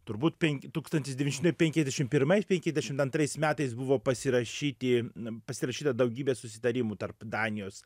turbūt penk tūkstantis devyni šimtai penkiasdešim pirmais penkiasdešimt antrais metais buvo pasirašyti n pasirašyta daugybė susitarimų tarp danijos